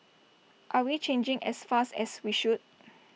are we changing as fast as we should